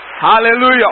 Hallelujah